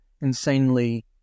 insanely